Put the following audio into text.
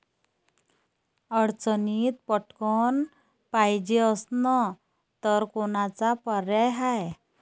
अडचणीत पटकण पायजे असन तर कोनचा पर्याय हाय?